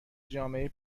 جامعه